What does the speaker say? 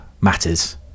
matters